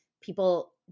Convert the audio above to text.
people